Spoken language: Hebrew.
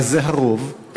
וזה הרוב.